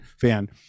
fan